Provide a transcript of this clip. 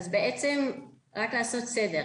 רק לעשות סדר,